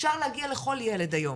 אפשר להגיע לכל ילד היום,